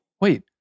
Wait